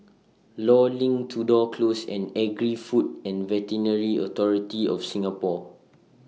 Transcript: law LINK Tudor Close and Agri Food and Veterinary Authority of Singapore